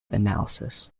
analysis